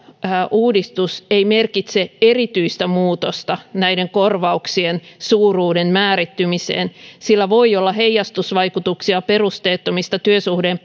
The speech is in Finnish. uudistus ei merkitse erityistä muutosta näiden korvauksien suuruuden määrittymiseen sillä voi olla heijastusvaikutuksia perusteettomista työsuhteen